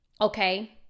okay